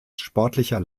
sportlicher